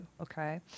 okay